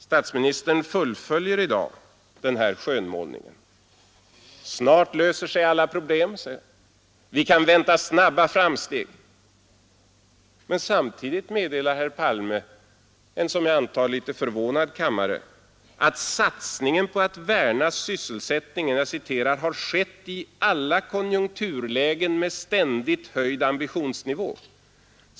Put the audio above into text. Statsministern fullföljer i dag den här skönmålningen: Snart löser sig alla problem, vi kan vänta snabba framsteg. Men samtidigt meddelar herr Palme en som jag antar något förvånad kammare att satsningen på att värna sysselsättningen ”har skett i alla konjunkturlägen med ständigt höjd ambitionsnivå”.